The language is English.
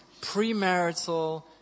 premarital